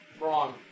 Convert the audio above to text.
wrong